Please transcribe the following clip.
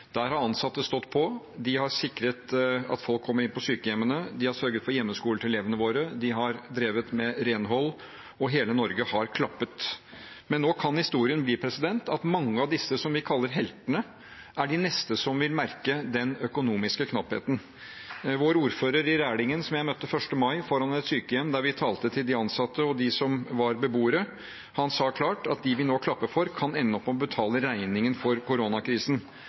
Der har ansatte stått på. De har sikret at folk kommer inn på sykehjemmene, de har sørget for hjemmeskole til elevene våre, de har drevet med renhold, og hele Norge har klappet. Men nå kan historien bli at mange av disse som vi kaller heltene, er de neste som vil merke den økonomiske knappheten. Vår ordfører i Rælingen, som jeg møtte 1. mai foran et sykehjem, der vi talte til de ansatte og til beboerne, sa klart at dem vi nå klapper for, kan ende opp med å betale regningen for koronakrisen.